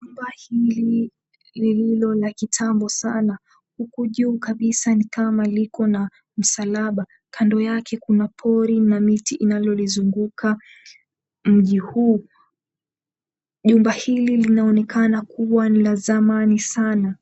Jumba hili lililo la kitambo sana, huku juu kabisa nikama liko na msalaba. Kando yake kuna pori na miti inalolizunguka mji huu. Jumba hili linaonekana kuwa ni la zamani sana.